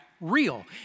real